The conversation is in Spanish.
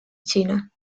china